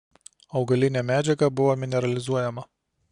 augalinė medžiaga buvo mineralizuojama